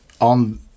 on